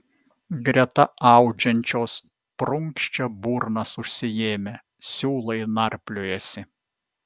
greta audžiančios prunkščia burnas užsiėmę siūlai narpliojasi